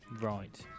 right